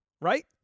right